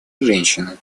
женщины